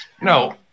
no